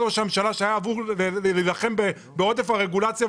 ראש הממשלה שהיה אמור להילחם בעודף הרגולציה,